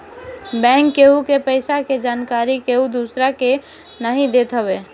bank केहु के पईसा के जानकरी केहू दूसरा के नाई देत हवे